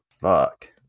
fuck